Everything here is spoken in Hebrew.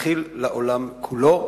להנחיל לעולם כולו.